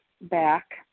back